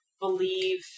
believe